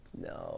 No